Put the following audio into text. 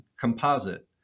composite